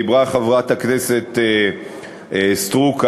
דיברה חברת הכנסת סטרוק,